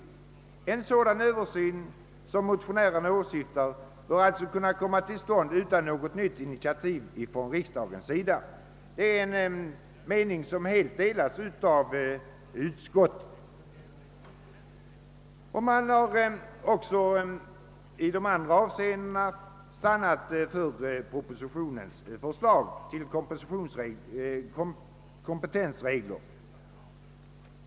En sådan översyn, som motionärerna åsyftar, bör alltså kunna komma till stånd utan något nytt initiativ av riksdagen.» Det är en uppfattning som helt delas av utskottet. Utskottet har stannat för propositionens förslag till kompetensregler.